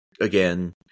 again